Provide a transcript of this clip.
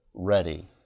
ready